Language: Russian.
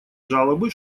жалобы